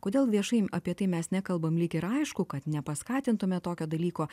kodėl viešai apie tai mes nekalbam lyg ir aišku kad nepaskatintume tokio dalyko